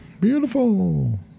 beautiful